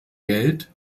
geld